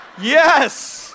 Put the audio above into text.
yes